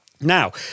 Now